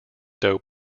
dough